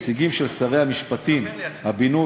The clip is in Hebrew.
נציגים של שרי המשפטים, הבינוי,